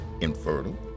infertile